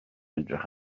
edrych